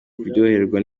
kuryoherwa